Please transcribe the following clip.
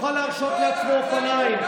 יוכל להרשות לעצמו אופניים.